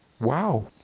Wow